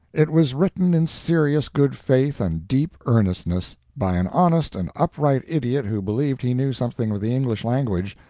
it was written in serious good faith and deep earnestness, by an honest and upright idiot who believed he knew something of the english language,